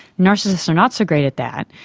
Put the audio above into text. narcissists are not so great at that,